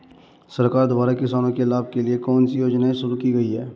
सरकार द्वारा किसानों के लाभ के लिए कौन सी योजनाएँ शुरू की गईं?